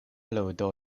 ludo